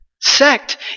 sect